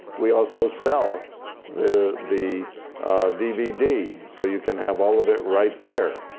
we also sell the the dvd. so you can have all of it right there.